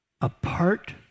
apart